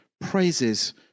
praises